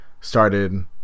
started